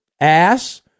ass